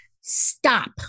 stop